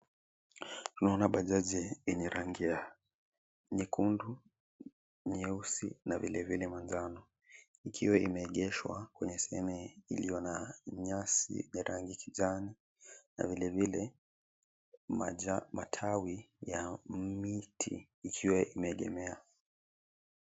Tunaona Bajaji enye rangi ya nyekundu, nyeusi na vilevile manjano, ikiwa imeegeshwa kwenye sehemu iliyo na nyasi ya rangi kijani na vilevile matawi ya miti ikiwa imeegemea.